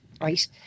right